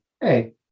Hey